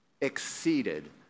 exceeded